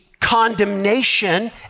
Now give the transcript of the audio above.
condemnation